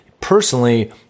personally